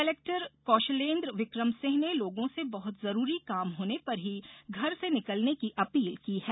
collector Kaushalendra Vikram Singh ने लोगों से बहत जरूरी काम होने पर ही घर से निकलने की अपील की है